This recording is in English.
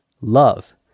love